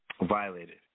violated